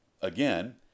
Again